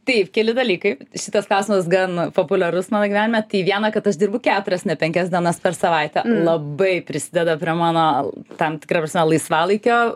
taip keli dalykai šitas klausimas gan populiarus mano gyvenime tai viena kad aš dirbu keturias ne penkias dienas per savaitę labai prisideda prie mano tam tikra prasme laisvalaikio